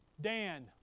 Dan